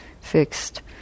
fixed